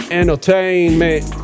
entertainment